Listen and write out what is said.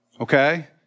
okay